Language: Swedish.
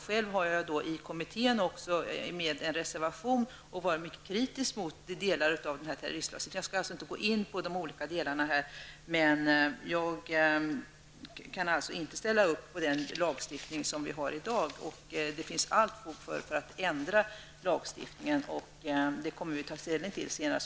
Själv har jag reserverat mig i kommittén och framfört mycket kritiska synpunkter på delar av terroristlagstiftningen. Jag skall inte nu gå in på de olika delarna, men jag kan alltså inte ställa upp på den lagstiftning som gäller i dag. Det finns allt fog för att ändra den, och det kommer vi att ta ställning till senare.